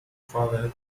travel